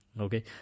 Okay